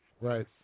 Right